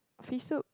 fish soup